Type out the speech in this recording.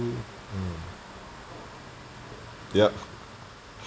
hmm yup